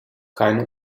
keine